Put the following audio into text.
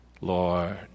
Lord